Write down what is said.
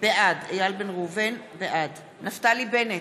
בעד נפתלי בנט,